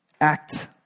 Act